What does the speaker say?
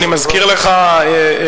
אני מזכיר לכם,